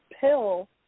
pill